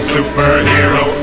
Superhero